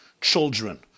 children